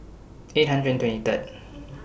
eight hundred and twenty Third